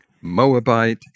Moabite